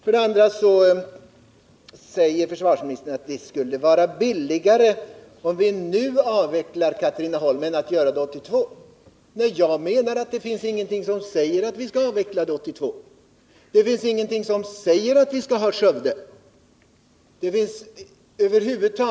Vidare säger försvarsministern att det skulle vara billigare att nu avveckla skolan i Katrineholm än att göra det 1982. Jag menar att det inte finns någonting som säger att vi skall avveckla den 1982. Det finns ingenting som säger att vi skall ha kvar skolan i Skövde.